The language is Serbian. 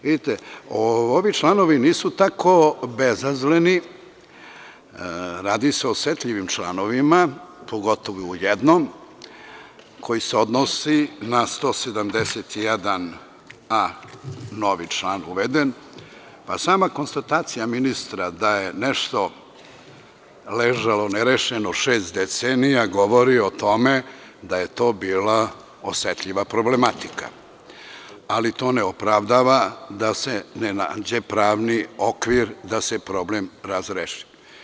Vidite, ovi članovi nisu tako bezazleni, radi se o osetljivim članovima, pogotovo jedan, koji se odnosi na 171a. novi član uveden, pa sama konstatacija ministra da je nešto ležalo nerešeno šest decenija, govori o tome da je to bila osetljiva problematika, to ne opravdava da se ne nađe pravni okvir da se problem razreši.